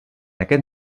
aquest